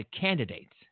candidates